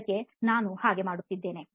ಅದಕ್ಕೆ ನಾನು ಹಾಗೆ ಮಾಡುತ್ತಿದ್ದೇನೆ